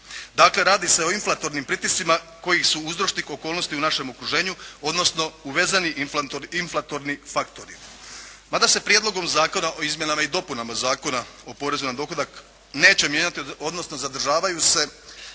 Dakle radi se o inflatornim pritiscima kojih su uzročnik okolnosti u našem okruženju odnosno uvezani inflatorni faktori. Mada se Prijedlogom zakona o izmjenama i dopunama Zakona o porezu na dohodak neće mijenjati odnosno zadržavaju se